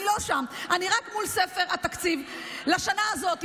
אני לא שם, אני רק מול ספר התקציב לשנה הזאת.